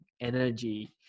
energy